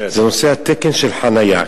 זה נושא התקן של חנייה.